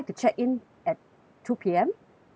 at two P_M